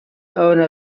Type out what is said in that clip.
owner